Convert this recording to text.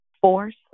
Force